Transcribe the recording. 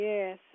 Yes